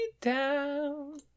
down